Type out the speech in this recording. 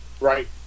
Right